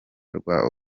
rwa